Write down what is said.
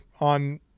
on